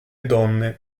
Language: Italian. donne